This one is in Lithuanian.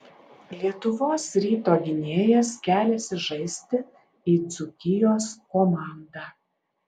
lietuvos ryto gynėjas keliasi žaisti į dzūkijos komandą